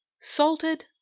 Salted